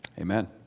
Amen